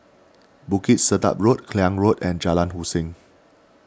Bukit Sedap Road Klang Road and Jalan Hussein